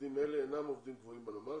עובדים אלה אינם עובדים קבועים בנמל,